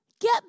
get